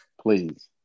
Please